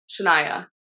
Shania